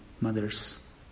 Mother's